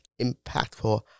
impactful